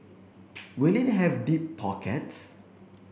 will it have deep pockets